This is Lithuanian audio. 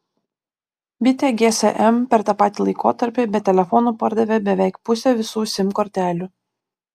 bitė gsm per tą patį laikotarpį be telefonų pardavė beveik pusę visų sim kortelių